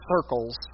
circles